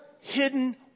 hidden